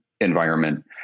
environment